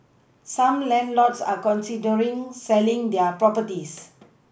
some landlords are considering selling their properties